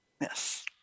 Yes